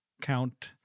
count